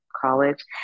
college